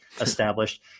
established